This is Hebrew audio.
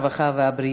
הרווחה והבריאות,